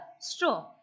straw